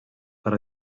per